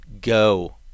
go